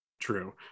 true